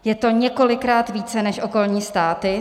Je to několikrát více než okolní státy.